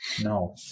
No